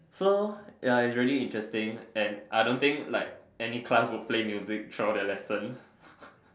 so ya it's really interesting and I don't think like any class will play music throughout their lesson